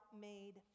made